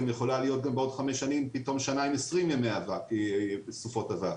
יכולה גם להיות בעוד חמש שנים פתאום שנה עם 20 ימי סופות אבק.